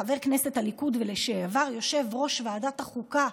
חבר כנסת בליכוד ולשעבר יושב-ראש ועדת החוקה: